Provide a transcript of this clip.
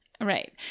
Right